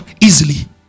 easily